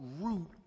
root